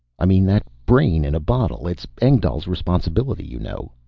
i mean that brain in a bottle. it's engdahl's responsibility, you know!